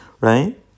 right